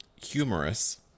humorous